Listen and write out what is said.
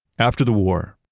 after the war,